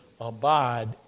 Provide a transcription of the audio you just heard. abide